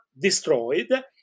destroyed